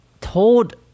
told